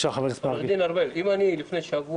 אם אין עוד מישהו